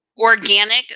organic